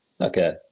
Okay